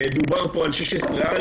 דובר פה על סעיף 16א